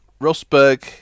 Rosberg